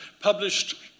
published